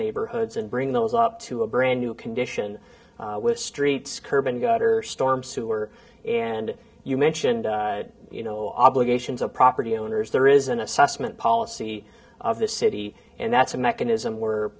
neighborhoods and bring those up to a brand new condition with streets curb and gutter storm sewer and you mentioned you know obligations of property owners there is an assessment policy of the city and that's a mechanism where